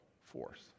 force